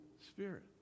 Spirit